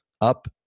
up